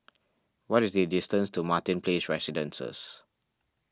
what is the distance to Martin Place Residences